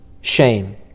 Shame